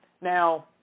Now